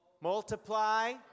multiply